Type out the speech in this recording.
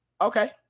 Okay